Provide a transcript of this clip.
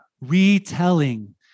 retelling